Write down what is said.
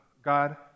God